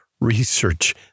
Research